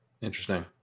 Interesting